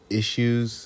issues